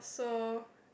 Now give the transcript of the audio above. so